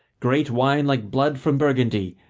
great wine like blood from burgundy,